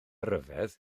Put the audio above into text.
ryfedd